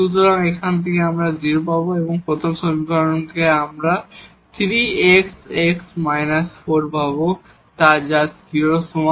সুতরাং এখান থেকে আমরা 0 পাব এবং প্রথম সমীকরণ থেকে আমরা 3 x x − 4 পাব তাই 0 এর সমান